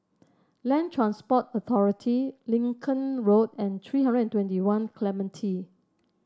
Land Transport Authority Lincoln Road and three hundred twenty One Clementi